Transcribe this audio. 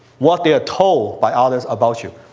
what they're told by others about you.